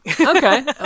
okay